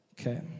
Okay